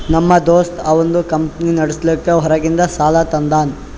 ನಮ್ ದೋಸ್ತ ಅವಂದ್ ಕಂಪನಿ ನಡುಸ್ಲಾಕ್ ಹೊರಗಿಂದ್ ಸಾಲಾ ತಂದಾನ್